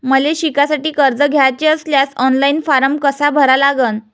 मले शिकासाठी कर्ज घ्याचे असल्यास ऑनलाईन फारम कसा भरा लागन?